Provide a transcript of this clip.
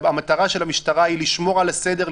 המטרה של המשטרה היא לשמור על הסדר,